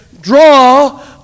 draw